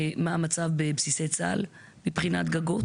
מה המצב בבסיסי צה"ל מבחינת גגות.